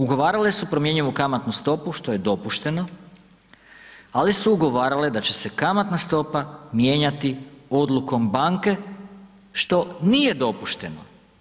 Ugovarale su promjenjivu kamatnu stopu što je dopušteno ali su ugovarale da će se kamatna stopa mijenjati odlukom banke što nije dopušteno.